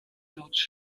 george